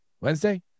Wednesday